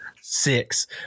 six